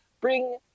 bring